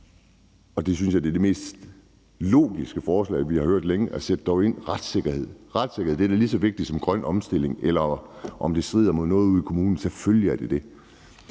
af retssikkerheden er det mest logiske forslag, vi har hørt længe. Retssikkerheden er da lige så vigtig som grøn omstilling, eller hvorvidt noget strider mod noget ude i kommunerne. Selvfølgelig er det dét.